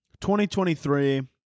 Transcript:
2023